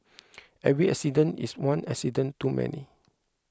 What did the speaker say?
every accident is one accident too many